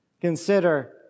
Consider